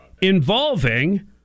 involving